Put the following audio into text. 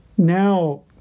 Now